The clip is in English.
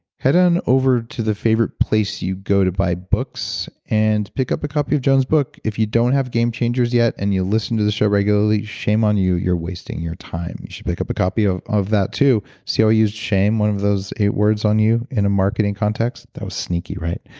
head on over to the favorite place you go to buy books and pick up a copy of joan's book. if you don't have game changers yet, and you listen to the show regularly, shame on you, you're wasting your time. you should pick up a copy of of that too, see how you chain one of those eight words on you in a marketing context. that was sneaky, right?